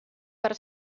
per